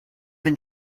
been